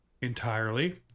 entirely